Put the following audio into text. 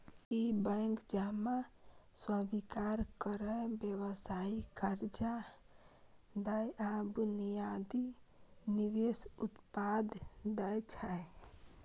ई bank जमा स्वीकार करै, व्यावसायिक कर्ज दै आ बुनियादी निवेश उत्पाद दै छै